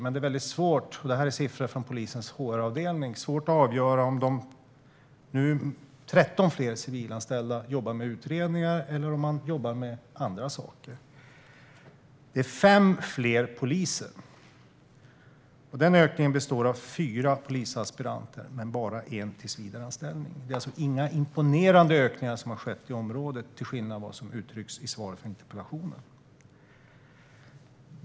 Men det är väldigt svårt att avgöra om de nu 13 fler civilanställda - detta är siffror från polisens HR-avdelning - jobbar med utredningar eller om de jobbar med andra saker. Det är fem fler poliser. Den ökningen består av fyra polisaspiranter och bara en tillsvidareanställning. Det är alltså inga imponerande ökningar som har skett i området, till skillnad från vad som uttrycks i svaret på interpellationen.